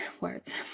words